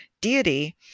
deity